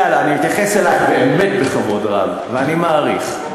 אני מתייחס אלייך באמת בכבוד רב ואני מעריך.